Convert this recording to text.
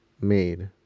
made